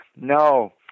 no